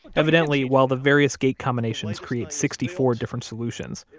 evidently, while the various gate combinations create sixty four different solutions,